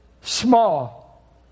small